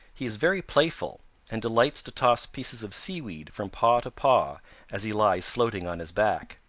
he is very playful and delights to toss pieces of seaweed from paw to paw as he lies floating on his back.